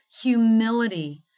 Humility